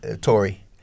Tory